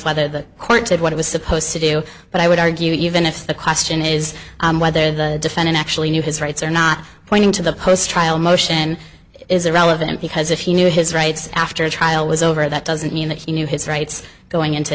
whether the court did what it was supposed to do but i would argue even if the question is whether the defendant actually knew his rights or not pointing to the post trial motion is irrelevant because if he knew his rights after the trial was over that doesn't mean that he knew his rights going into